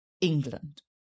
England